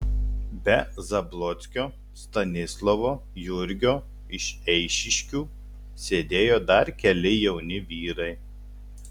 be zablockio stanislovo jurgio iš eišiškių sėdėjo dar keli jauni vyrai